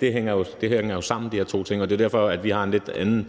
ting hænger jo sammen, og det er derfor, vi har en lidt anden